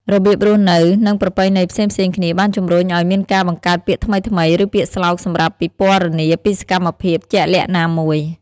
របៀបរស់នៅ និងប្រពៃណីផ្សេងៗគ្នាបានជំរុញឲ្យមានការបង្កើតពាក្យថ្មីៗ ឬពាក្យស្លោកសម្រាប់ពិពណ៌នាពីសកម្មភាពជាក់លាក់ណាមួយ។